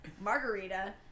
margarita